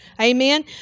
Amen